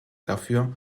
dafür